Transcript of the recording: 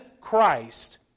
Christ